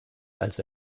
also